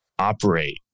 Operate